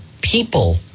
people